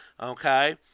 okay